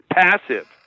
passive